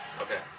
Okay